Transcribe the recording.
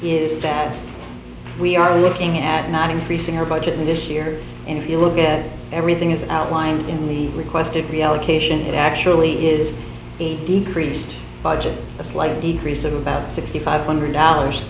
is that we are looking at not increasing our budget this year and if you look at everything as outlined in the requested reallocation it actually is decreased by just a slight decrease of about sixty five hundred dollars